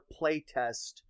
playtest